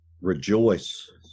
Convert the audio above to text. rejoice